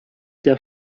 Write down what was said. der